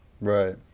Right